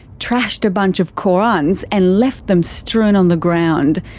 trashed a bunch of korans and left them strewn on the ground.